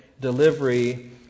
delivery